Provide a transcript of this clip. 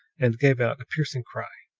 and gave out a piercing cry.